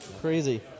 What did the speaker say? crazy